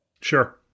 Sure